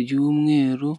ry'umweru...